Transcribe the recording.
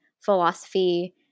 philosophy